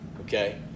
Okay